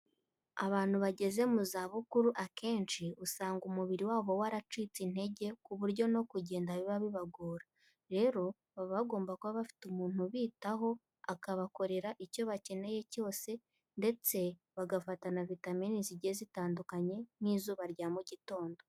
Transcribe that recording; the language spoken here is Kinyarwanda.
Abantu bageze mu zabukuru akenshi usanga umubiri wabo waracitse intege ku buryo no kugenda biba bibagora. Rero baba bagomba kuba bafite umuntu ubitaho akabakorera icyo bakeneye cyose ndetse bagafata na vitamin zigiye zitandukanye nk'izuba rya mu gitondo.